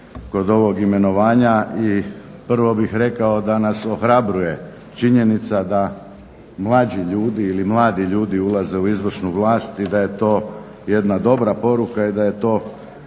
kod ovog imenovanja. Prvo bih rekao da nas ohrabruje činjenica da mlađi ljudi ili mladi ljudi ulaze u izvršnu vlast i da je to jedna dobra poruka i da je to